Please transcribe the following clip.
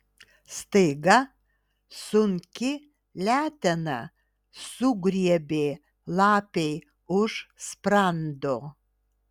staiga sunki letena sugriebė lapei už sprando